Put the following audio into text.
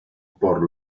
por